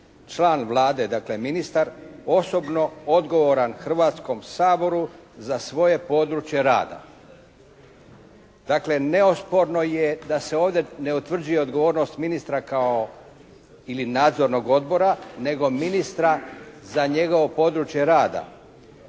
član Vlade dakle ministar osobno odgovoran Hrvatskom saboru za svoje područje rada. Dakle, neosporno je da se ovdje ne utvrđuje odgovornost ministra kao ili Nadzornog odbora nego ministra za njegovo područje rada.